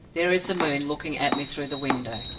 there is the moon looking at me through the window.